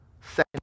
second